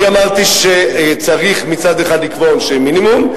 אני אמרתי שצריך מצד אחד לקבוע עונשי מינימום,